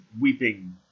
weeping